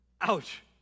Ouch